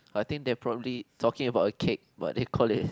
I think they probably talking about a cake but they called it